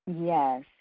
yes